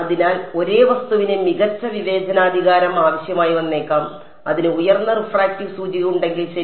അതിനാൽ ഒരേ വസ്തുവിന് മികച്ച വിവേചനാധികാരം ആവശ്യമായി വന്നേക്കാം അതിന് ഉയർന്ന റിഫ്രാക്റ്റീവ് സൂചിക ഉണ്ടെങ്കിൽ ശരി